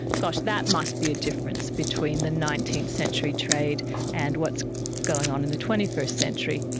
gosh, that must be a difference between the nineteenth century trade and what's going on in the twenty first century.